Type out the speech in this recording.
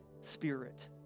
spirit